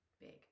big